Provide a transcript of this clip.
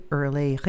early